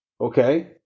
Okay